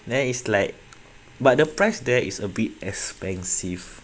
then it's like but the price there is a bit expensive